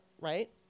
right